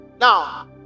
Now